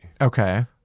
Okay